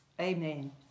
Amen